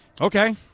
Okay